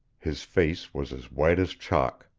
his face was as white as chalk.